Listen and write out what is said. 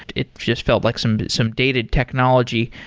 it it just felt like some some dated technology.